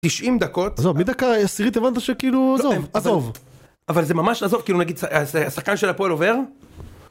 90 דקות, עזוב, בדקה ה-10 הבנת שכאילו, עזוב, עזוב, אבל זה ממש לעזוב, כאילו נגיד, השחקן של הפועל עובר.